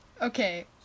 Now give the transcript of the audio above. Okay